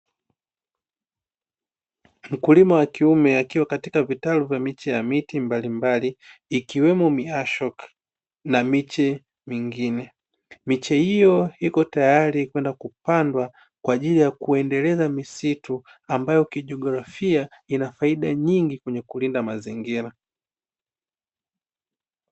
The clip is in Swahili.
Mkulima wa kiume akiwa katika vitalu vya miche ya miti mbalimbali ikiwemo miashoki na miche mingine, miche hiyo iko tayari kwenda kupandwa kwa ajili ya kuendeleza misitu ambayo kijiografia ina faida nyingi kwenye kulinda mazingira.